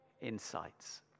insights